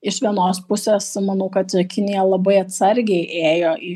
iš vienos pusės manau kad kinija labai atsargiai ėjo į